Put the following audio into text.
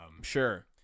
Sure